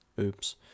Oops